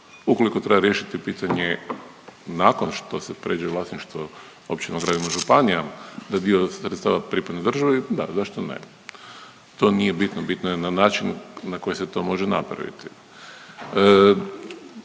Ukoliko treba riješiti pitanje nakon što se pređe vlasništvo općina, gradova, županija, da dio sredstava pripadne državi, da, zašto ne? To nije bitno, bitno je na način na koji se to može napraviti.